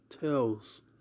tells